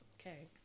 Okay